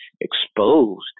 exposed